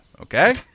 Okay